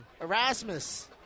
Erasmus